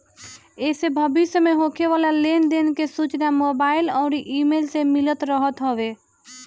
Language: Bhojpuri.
एसे भविष्य में होखे वाला लेन देन के सूचना मोबाईल अउरी इमेल से मिलत रहत हवे